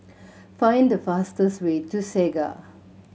find the fastest way to Segar